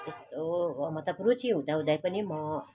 यस्तो मतलब रुचि हुँदाहुदै पनि म